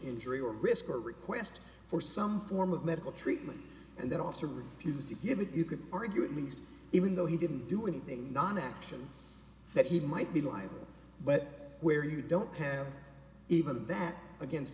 injury or risk or request for some form of medical treatment and then offer refused to give it you could argue at least even though he didn't do anything not action that he might be liable but where you don't have even that against